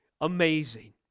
Amazing